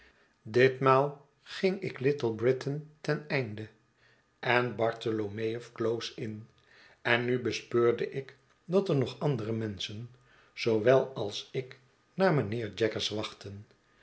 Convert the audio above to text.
ditmaal g'ng ik little britain ten einde en bartholomew close in en nubespeurdeik dat er nog andere menschen zoowel als ik naar mynheer jaggers wachtten